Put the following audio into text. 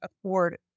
afford